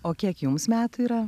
o kiek jums metų yra